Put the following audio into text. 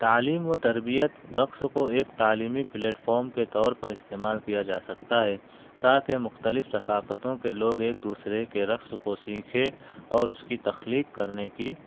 تعليم و تربیت رقص کو ايک تعليمى پلیٹفارم کے طور پر استعمال کیا جا سكتا ہے تاکہ مختلف ثقافتوں کے لوگ ایک دوسرے کے رقص کو سیکھیں اور اس کی تخلیق کرنے کی